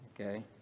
Okay